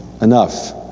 enough